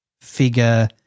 figure –